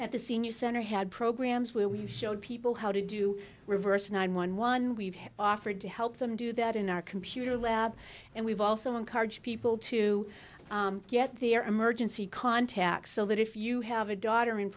at the senior center had programs where we showed people how to do reverse nine one one we've had offered to help them do that in our computer lab and we've also encouraged people to get their emergency contacts so that if you have a daughter in